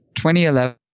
2011